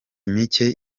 micye